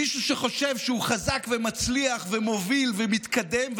מישהו שחושב שהוא חזק ומצליח ומוביל ומתקדם,